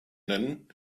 nennen